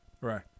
Right